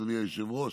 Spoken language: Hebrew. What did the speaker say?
אדוני היושב-ראש,